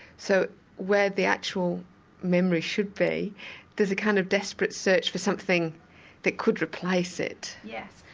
so where the actual memory should be there's a kind of desperate search for something that could replace it. yes,